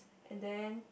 and then